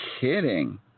kidding